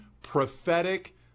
prophetic